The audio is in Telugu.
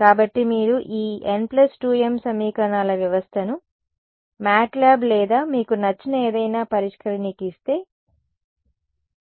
కాబట్టి మీరు ఈ n2m సమీకరణాల వ్యవస్థను మ్యాట్లాబ్ లేదా మీకు నచ్చిన ఏదైనా పరిష్కరిణికి ఇస్తే